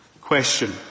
Question